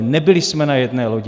Nebyli jsme na jedné lodi.